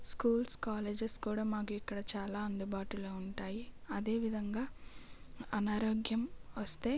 schools colleges కూడా మాకు ఇక్కడ చాలా అందుబాటులో ఉంటాయి అదేవిధంగా అనారోగ్యం వస్తే